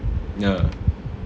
ya